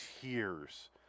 tears